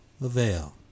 avail